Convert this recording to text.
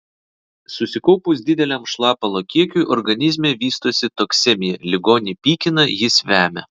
susikaupus dideliam šlapalo kiekiui organizme vystosi toksemija ligonį pykina jis vemia